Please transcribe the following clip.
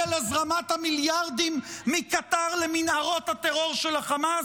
על הזרמת המיליארדים מקטר למנהרות הטרור של החמאס?